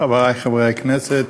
חברי חברי הכנסת,